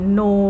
no